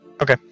Okay